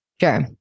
sure